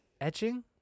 Etching